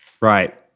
right